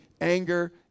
anger